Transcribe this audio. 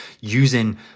using